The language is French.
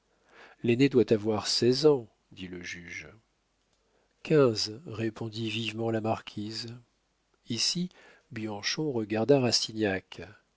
l'aîné doit avoir seize ans dit le juge quinze répondit vivement la marquise ici bianchon regarda